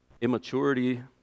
immaturity